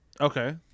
Okay